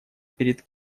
перед